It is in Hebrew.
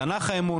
צנח האמון,